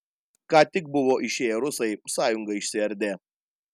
ką tik buvo išėję rusai sąjunga išsiardė